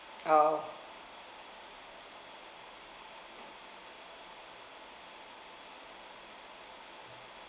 oh